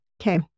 Okay